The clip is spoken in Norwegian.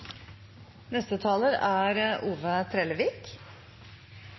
Neste taler er